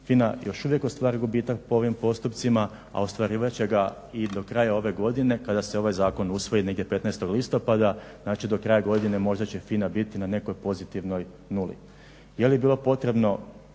FINA još uvijek ostvaruje gubitak po ovim postupcima, a ostvarivat će ga i do kraja ove godine kada se ovaj zakon usvoji negdje 15. listopada. Znači do kraja godine možda će FINA biti na nekoj pozitivnoj nuli. Je li bilo potrebno